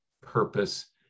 purpose